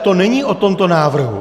To není o tomto návrhu.